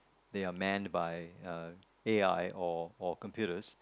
they are manned by uh A_I or or computers